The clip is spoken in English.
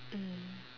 mm